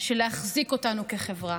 בשביל להחזיק אותנו כחברה.